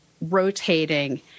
rotating